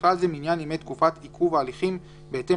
ובכלל זה מניין ימי תקופת עיכוב ההליכים בהתאם